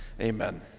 Amen